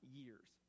years